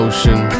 Ocean